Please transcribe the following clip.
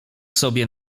sobie